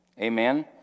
Amen